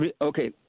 Okay